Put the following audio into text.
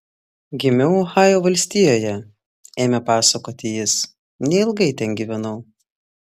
gimiau ohajo valstijoje ėmė pasakoti jis neilgai ten gyvenau